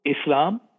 Islam